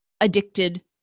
addicted